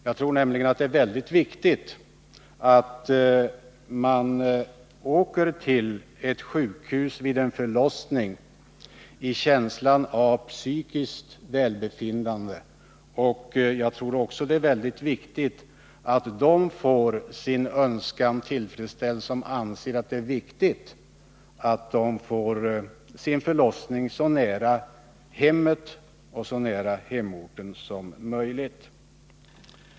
Jag tror nämligen att det är mycket viktigt att man vid en förlossning åker till sjukhuset i känslan av psykiskt välbefinnande. Jag tror också det är viktigt att de får sin önskan tillfredsställd som anser att det är betydelsefullt att de får föda sitt barn så nära hemorten och så nära hemmet som möjligt.